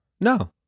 No